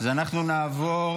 אז אנחנו נעבור